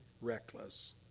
reckless